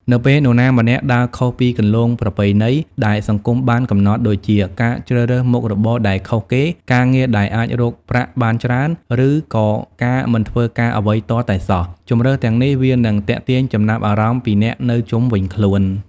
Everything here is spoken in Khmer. នៅពេលនរណាម្នាក់ដើរខុសពីគន្លងប្រពៃណីដែលសង្គមបានកំណត់ដូចជា ការជ្រើសរើសមុខរបរដែលខុសគេ ការងារដែលអាចរកប្រាក់បានច្រើន ឬក៏ការមិនធ្វើការអ្វីទាល់តែសោះ ជម្រើសទាំងនេះវានឹងទាក់ទាញចំណាប់អារម្មណ៍ពីអ្នកនៅជុំវិញខ្លួន។